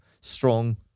strong